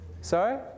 Sorry